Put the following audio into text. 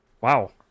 Wow